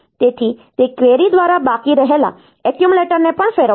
તેથી તે કેરી દ્વારા બાકી રહેલા એક્યુમ્યુલેટરને પણ ફેરવશે